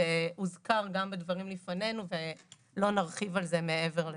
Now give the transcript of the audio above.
זה הוזכר גם בדברים לפנינו ולא נרחיב על זה מעבר לזה.